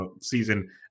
season